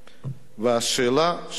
והשאלה שנשאלת,